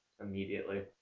immediately